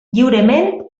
lliurement